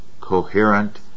coherent